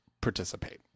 participate